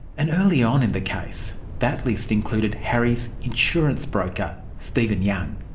and early on in the case, that list included harry's insurance broker, stephen young.